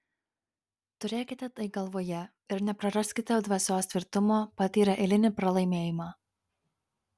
turėkite tai galvoje ir nepraraskite dvasios tvirtumo patyrę eilinį pralaimėjimą